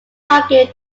argue